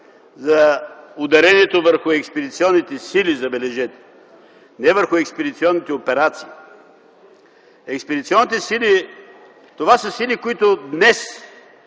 за ударението върху експедиционните сили, забележете, не върху експедиционните операции. Експедиционните сили са сили, които днес